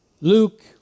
Luke